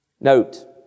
Note